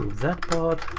that part,